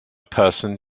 person